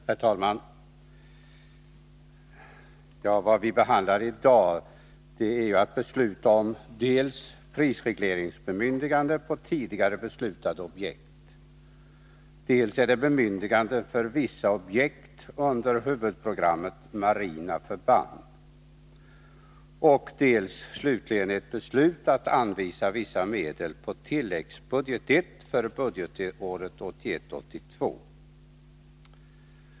Herr talman! Vad vi behandlar i dag är dels prisregleringsbemyndiganden på tidigare beslutade objekt, dels bemyndiganden för vissa objekt under huvudprogrammet Marina förband, dels slutligen ett beslut att anvisa medel på tilläggsbudget I för budgetåret 1981/82.